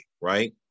right